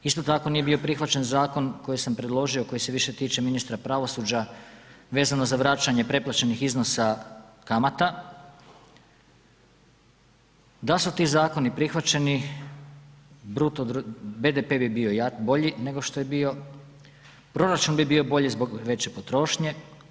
Isto tako nije bio prihvaćen zakon koji sam predložio koji se više tiče ministra pravosuđa vezano za vraćanje preplaćenih iznosa kamata, da su ti zakoni prihvaćeni BDP bi bio bolji nego što je bio, proračun bi bio zbog veće potrošnje.